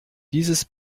dieses